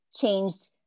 changed